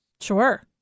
Sure